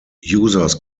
users